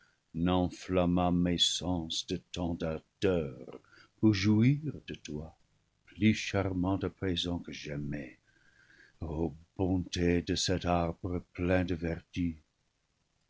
mes sens de tant d'ardeur pour jouir de toi plus charmante à présent que jamais o bonté de cet arbre plein de vertu